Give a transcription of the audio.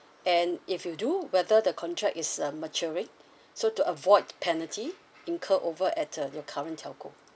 and if you do whether the contract is uh maturing so to avoid penalty incur over at the your current telco